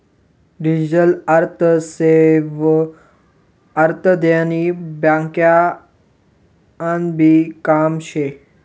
digital आर्थिक सेवा ह्या देना ब्यांकनभी काम शे